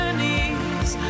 knees